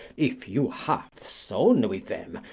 if you have sown with them,